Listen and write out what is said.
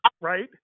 right